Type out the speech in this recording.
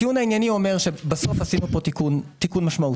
הטיעון הענייני אומר שבסוף עשינו פה תיקון משמעותי,